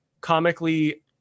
comically